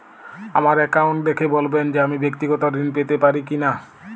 আমার অ্যাকাউন্ট দেখে বলবেন যে আমি ব্যাক্তিগত ঋণ পেতে পারি কি না?